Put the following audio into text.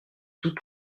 tous